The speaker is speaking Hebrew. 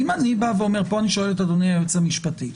אני אשאל פה את אדוני היועץ המשפטי.